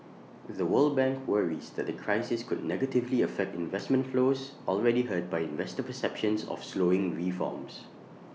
the world bank worries that the crisis could negatively affect investment flows already hurt by investor perceptions of slowing reforms